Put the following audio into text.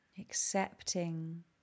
Accepting